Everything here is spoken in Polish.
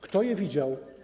Kto je widział?